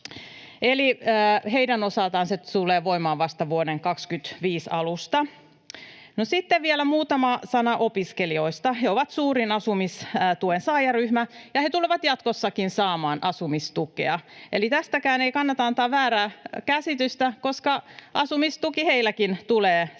heidän osaltaan se tulee voimaan vasta vuoden 25 alusta. No, sitten vielä muutama sana opiskelijoista. He ovat suurin asumistuen saajaryhmä, ja he tulevat jatkossakin saamaan asumistukea, eli tästäkään ei kannata antaa väärää käsitystä, koska asumistuki heilläkin tulee säilymään.